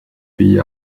pays